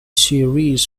series